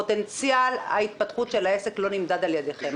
פוטנציאל ההתפתחות של העסק לא נמדד על ידיכם.